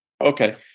Okay